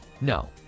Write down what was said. No